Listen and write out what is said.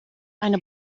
eine